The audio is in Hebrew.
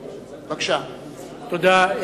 תודה.